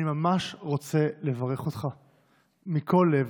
אני ממש רוצה לברך אותך מכל הלב.